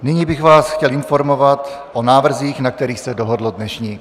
Nyní bych vás chtěl informovat o návrzích, na kterých se dohodlo dnešní grémium.